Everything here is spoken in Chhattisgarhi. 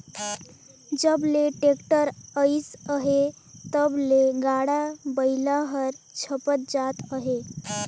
जब ले टेक्टर अइस अहे तब ले गाड़ा बइला हर छपत जात अहे